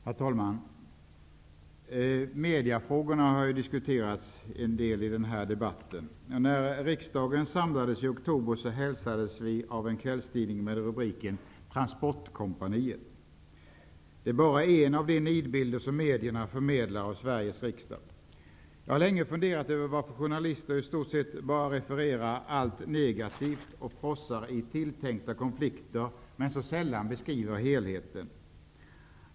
Herr talman! Mediefrågorna har ju diskuterats en del här i debatten. När riksdagen samlades i oktober hälsades vi av en kvällstidning med rubriken Transportkompaniet. Det är bara en av de nidbilder som medierna förmedlar av Sveriges riksdag. Jag har länge funderat över varför journalister i stort sett refererar allt negativt och frossar i tilltänkta konflikter men så sällan beskriver helheten.